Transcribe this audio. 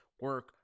Work